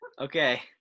Okay